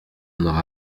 n’aura